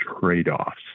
trade-offs